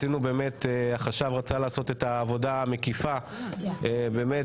החשב רצה לעשות את העבודה המקיפה ולראות,